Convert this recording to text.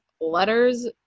Letters